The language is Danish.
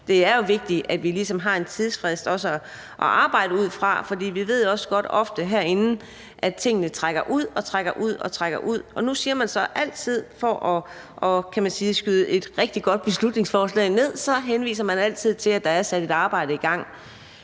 det er vigtigt, at vi ligesom har en tidsfrist at arbejde ud fra, for vi ved jo godt herinde, at tingene ofte trækker ud og trækker ud. Og for at, kan man sige, skyde et rigtig godt beslutningsforslag ned henviser man altid til, at der er sat et arbejde i gang.